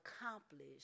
accomplished